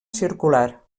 circular